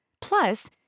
Plus